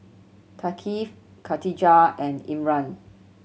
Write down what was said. Thaqif Katijah and Imran